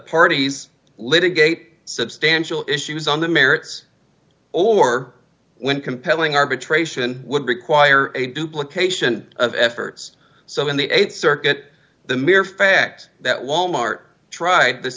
parties litigate substantial issues on the merits or when compelling arbitration would require a duplications of efforts so in the th circuit the mere fact that wal mart tried this